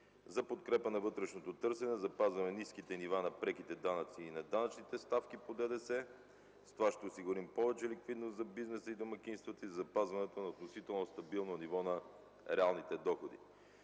За подкрепа на вътрешното търсене запазваме ниските нива на преките данъци и на данъчните ставки по ДДС. С това ще осигурим повече ликвидност за бизнеса и домакинствата и запазването на относително стабилно ниво на реалните доходи.